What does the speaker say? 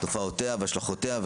תופעותיה והשלכותיה,